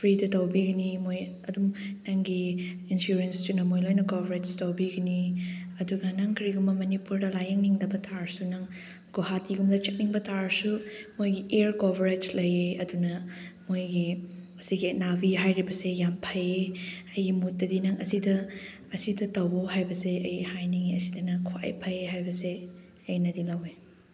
ꯐ꯭ꯔꯤꯗ ꯇꯧꯕꯤꯒꯅꯤ ꯃꯣꯏ ꯑꯗꯨꯝ ꯅꯪꯒꯤ ꯏꯟꯁꯨꯔꯦꯟꯁꯇꯨꯅ ꯃꯣꯏ ꯂꯣꯏꯅ ꯀꯣꯚꯔꯦꯖ ꯇꯧꯕꯤꯒꯅꯤ ꯑꯗꯨꯒ ꯅꯪ ꯀꯔꯤꯒꯨꯝꯕ ꯃꯅꯤꯄꯨꯔꯗ ꯂꯥꯌꯦꯡꯅꯤꯡꯗꯕ ꯇꯥꯔꯁꯨ ꯅꯪ ꯒꯨꯍꯥꯇꯤꯒꯨꯝꯕꯗ ꯆꯠꯅꯤꯡꯕ ꯇꯥꯔꯁꯨ ꯃꯣꯏꯒꯤ ꯏꯌꯥꯔ ꯀꯣꯚꯔꯦꯖ ꯂꯩꯌꯦ ꯑꯗꯨꯅ ꯃꯣꯏꯒꯤ ꯑꯁꯤꯒꯤ ꯅꯥꯚꯤ ꯍꯥꯏꯔꯤꯕꯁꯤ ꯌꯥꯝ ꯐꯩꯌꯦ ꯑꯩꯒꯤ ꯃꯣꯠꯇꯗꯤ ꯅꯪ ꯑꯁꯤꯗ ꯑꯁꯤꯗ ꯇꯧꯋꯣ ꯍꯥꯏꯕꯁꯦ ꯑꯩ ꯍꯥꯏꯅꯤꯡꯉꯦ ꯑꯁꯤꯗꯅ ꯈ꯭ꯋꯥꯏ ꯐꯩ ꯍꯥꯏꯕꯁꯦ ꯑꯩꯅꯗꯤ ꯂꯧꯋꯦ